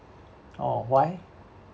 oh why